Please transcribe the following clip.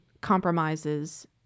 compromises